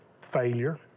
failure